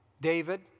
David